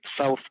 South